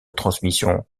transmission